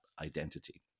identity